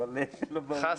ולכן,